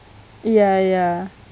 ya ya